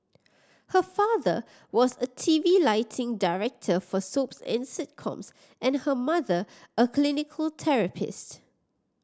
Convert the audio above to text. her father was a T V lighting director for soaps and sitcoms and her mother a clinical therapist